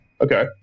Okay